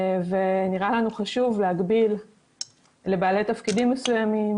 ונראה לנו חשוב להגביל לבעלי תפקידים מסוימים